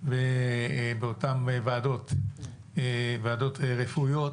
ובאותן ועדות רפואיות